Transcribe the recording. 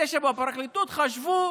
אלה שבפרקליטות חשבו